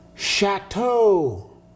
Chateau